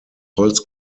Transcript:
holz